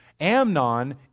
Amnon